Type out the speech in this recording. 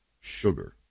sugar